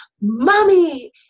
mommy